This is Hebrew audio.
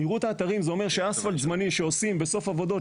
נראות האתרים זה אומר שאספלט זמני שעושים בסוף עבודות